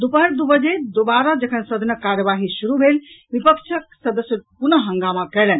दुपहर दू बजे दोबारा जखन सदनक कार्यवाही शुरू भेल विपक्षक सदस्य पुनः हंगामा कयलनि